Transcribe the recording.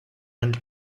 and